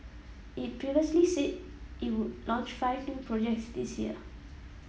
it previously said it would launch five new projects this year